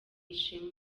ishema